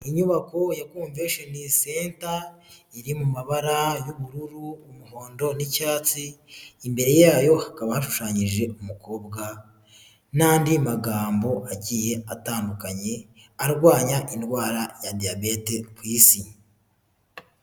Inyubako ya konvesheni senta, iri mu mabara y'ubururu, umuhondo n'icyatsi, imbere yayo hakaba hashushanyije umukobwa, n'andi magambo agiye atandukanye, arwanya indwara ya diyabete ku isi.